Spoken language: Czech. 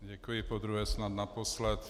Děkuji, podruhé, snad naposled.